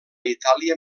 itàlia